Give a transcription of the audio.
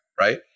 right